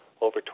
over